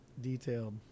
detailed